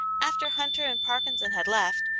after hunter and parkinson had left,